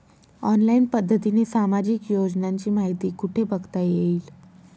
Online पद्धतीने सामाजिक योजनांची माहिती कुठे बघता येईल?